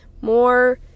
more